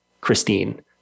Christine